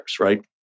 right